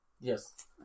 Yes